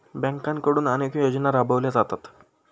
बँकांकडून अनेक योजना राबवल्या जातात